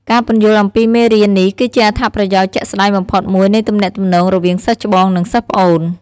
ការពន្យល់អំពីមេរៀននេះគឺជាអត្ថប្រយោជន៍ជាក់ស្តែងបំផុតមួយនៃទំនាក់ទំនងរវាងសិស្សច្បង និងសិស្សប្អូន